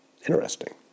Interesting